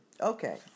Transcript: Okay